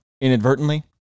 Inadvertently